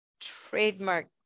trademark